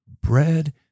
bread